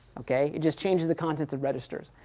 ok. it just changes the contents of registers.